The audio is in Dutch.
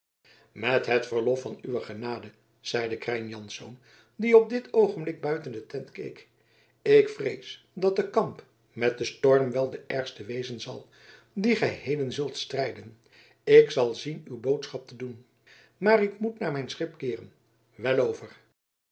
met het verlof van uwe genade zeide krijn jansz die op dit oogenblik buiten de tent keek ik vrees dat de kamp met den storm wel de ergste wezen zal dien gij heden zult strijden ik zal zien uw boodschap te doen maar ik moet naar mijn schip keeren wel over